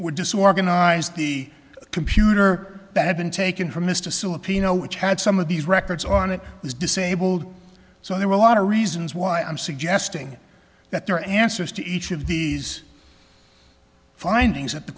were disorganized the computer that had been taken from mr sewell pino which had some of these records on it was disabled so there were a lot of reasons why i'm suggesting that their answers to each of these findings that the